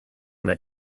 their